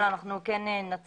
אבל אנחנו נציע,